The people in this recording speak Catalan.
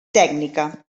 tècnica